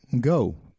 go